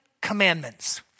commandments